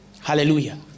Hallelujah